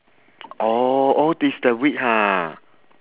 oh oh this the week ha